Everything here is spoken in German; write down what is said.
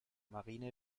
marine